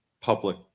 public